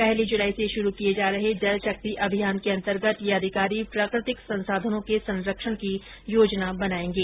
पहली जुलाई से शुरू किये जा रहे जल शक्ति अभियान के अन्तर्गत ये अधिकारी प्राकृतिक संसाधनों के संरक्षण की योजना बनायेंगे